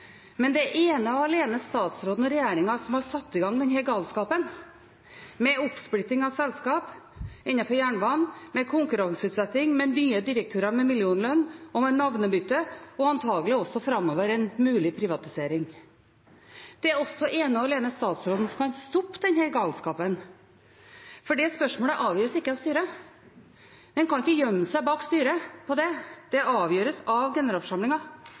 Men det er ene og alene statsråden og regjeringen som har satt i gang denne galskapen, med oppsplitting av selskap innenfor jernbanen, med konkurranseutsetting, med nye direktører med millionlønn, med navnebytte og antagelig også framover med en mulig privatisering. Det er også ene og alene statsråden som kan stoppe denne galskapen, for det spørsmålet avgjøres ikke av styret. En kan ikke gjemme seg bak styret; det avgjøres av